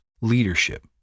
leadership